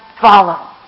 follow